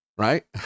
Right